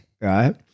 Right